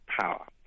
power